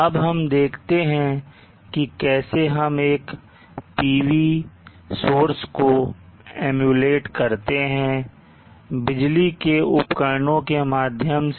अब हम देखते हैं कि कैसे हम एक PV सोर्स को emulate करते हैं बिजली के उपकरणों के माध्यम से